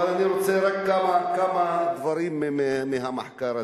אבל אני רוצה לומר רק כמה דברים מהמחקר הזה.